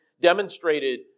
demonstrated